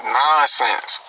nonsense